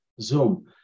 Zoom